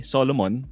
Solomon